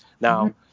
Now